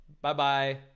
bye-bye